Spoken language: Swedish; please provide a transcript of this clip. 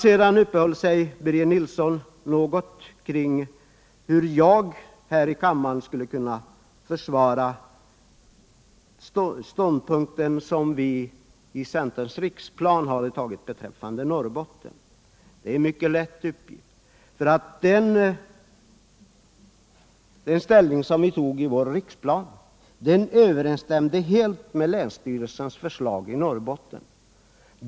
Sedan uppehåller sig Birger Nilsson något kring hur jag här i kammaren skulle kunna försvara den ståndpunkt som vi i centerns riksplan intagit beträffande Norrbotten. Det är en mycket lätt uppgift. Den ställning som vi tog i vår riksplan överensstämde helt med länsstyrelsens förslag i Norrbotten.